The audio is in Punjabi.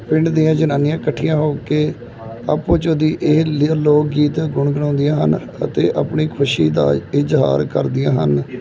ਪਿੰਡ ਦੀਆਂ ਜਨਾਨੀਆਂ ਇਕੱਠੀਆਂ ਹੋ ਕੇ ਆਪਸ 'ਚ ਉਹਦੀ ਇਹ ਲ ਲੋਕ ਗੀਤ ਗੁਣਗੁਣਾਉਂਦੀਆਂ ਹਨ ਅਤੇ ਆਪਣੀ ਖੁਸ਼ੀ ਦਾ ਇਜ਼ਹਾਰ ਕਰਦੀਆਂ ਹਨ